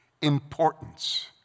importance